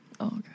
Okay